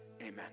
Amen